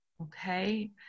Okay